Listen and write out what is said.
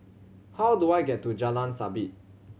how do I get to Jalan Sabit